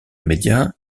média